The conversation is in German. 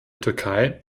türkei